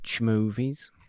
movies